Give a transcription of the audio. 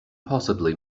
possibly